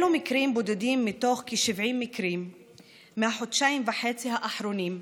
אלו מקרים בודדים מתוך כ-70 מקרים בחודשיים וחצי האחרונים,